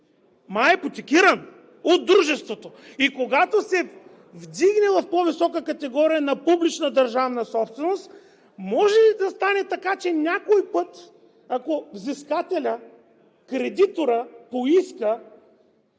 май е ипотекиран от дружеството, и когато се вдигне в по-висока категория на публична държавна собственост, може ли да стане така, че някой път, ако взискателят, кредиторът поиска,